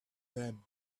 them